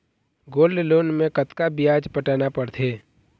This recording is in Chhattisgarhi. गोल्ड लोन मे कतका ब्याज पटाना पड़थे?